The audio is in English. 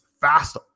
fast